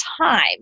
time